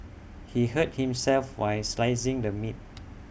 he hurt himself while slicing the meat